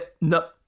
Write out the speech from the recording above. No